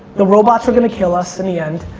the robots are gonna kill us in the end,